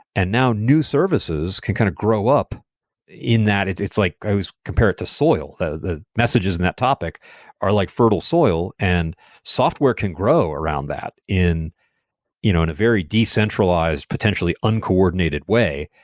and now new services can kind of grow up in that. it's it's like i always compare it to soil. messages in that topic are like fertile soil and software can grow around that in you know in a very decentralized, potentially uncoordinated way.